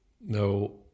No